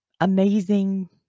amazing